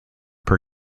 per